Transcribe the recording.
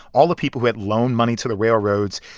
all the people who had loaned money to the railroads,